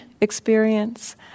experience